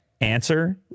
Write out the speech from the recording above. answer